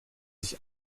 ich